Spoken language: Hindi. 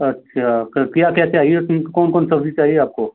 अच्छा क्या क्या चाहिए उसमें कौन कौन सब्ज़ी चाहिए आपको